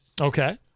Okay